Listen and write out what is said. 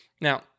Now